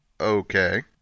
Okay